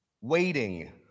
Waiting